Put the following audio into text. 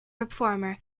reformer